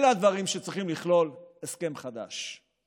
אלה הדברים שצריך לכלול הסכם חדש.